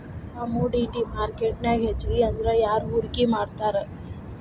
Commodity ಮಾರ್ಕೆಟ್ನ್ಯಾಗ್ ಹೆಚ್ಗಿಅಂದ್ರ ಯಾರ್ ಹೂಡ್ಕಿ ಮಾಡ್ತಾರ?